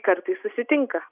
kartais susitinka